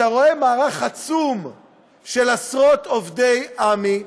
אתה רואה מערך עצום של עשרות עובדי עמ"י,